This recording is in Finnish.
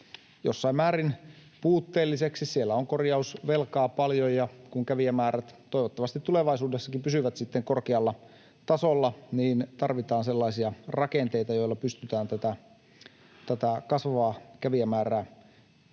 jossain määrin puutteelliseksi, siellä on korjausvelkaa paljon, ja kun kävijämäärät toivottavasti tulevaisuudessakin pysyvät korkealla tasolla, niin tarvitaan sellaisia rakenteita, joilla pystytään sitten tätä kasvavaa kävijämäärää kestävällä